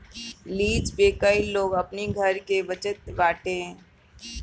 lease पे कई लोग अपनी घर के बचत बाटे